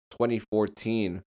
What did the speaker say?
2014